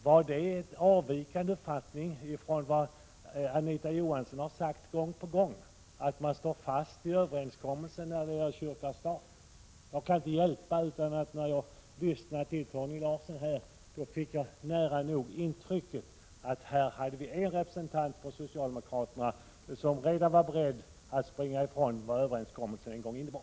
Var det en annan uppfattning än den Anita Johansson gång på gång framfört, nämligen att man står fast vid överenskommelsen när det gäller kyrka och stat? När jag lyssnade till Torgny Larsson fick jag nära nog intrycket att vi här hade en representant för socialdemokraterna som redan var beredd att springa ifrån vad överenskommelsen en gång innebar.